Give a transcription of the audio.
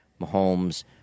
Mahomes